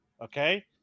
Okay